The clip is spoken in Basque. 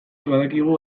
badakigu